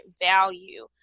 value